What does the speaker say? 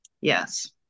yes